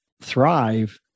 thrive